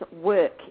work